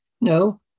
No